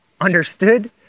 understood